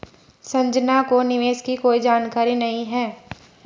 संजना को निवेश की कोई जानकारी नहीं है